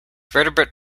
vertebrate